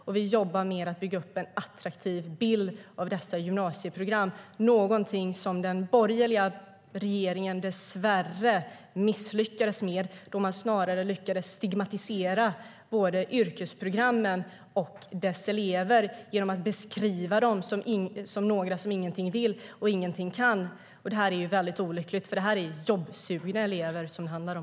Och vi jobbar med att bygga upp en attraktiv bild av dessa gymnasieprogram, någonting som den borgerliga regeringen dessvärre misslyckades med då man snarare lyckades stigmatisera yrkesprogrammen och deras elever genom att beskriva dem som några som ingenting vill och ingenting kan. Det är väldigt olyckligt, för det här är jobbsugna elever som det handlar om.